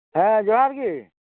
ᱦᱮᱸ ᱡᱚᱦᱟᱨ ᱜᱮ